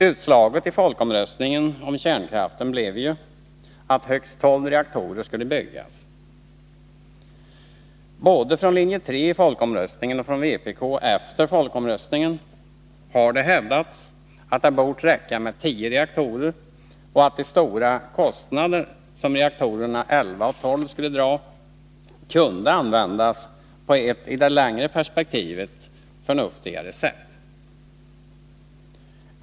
Utslaget i folkomröstningen om kärnkraften blev ju att högst tolv reaktorer skulle byggas. Både från linje 3 i folkomröstningen och från vpk efter folkomröstningen har det hävdats att det bort räcka med tio reaktorer och att de stora kostnader som reaktorerna 11 och 12 skulle dra kunde användas på ett i det längre perspektivet förnuftigare sätt.